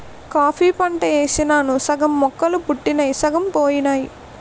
coffee పంట యేసినాను సగం మొక్కలు పుట్టినయ్ సగం పోనాయి